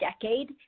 decade